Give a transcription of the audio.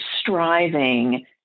striving